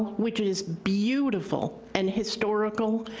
which is beautiful and historical.